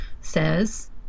says